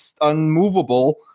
unmovable